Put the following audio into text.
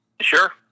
Sure